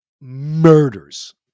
murders